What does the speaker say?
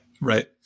Right